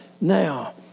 now